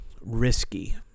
risky